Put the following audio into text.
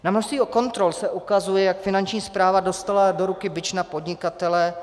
Na množství kontrol se ukazuje, jak Finanční správa dostala do ruky bič na podnikatele.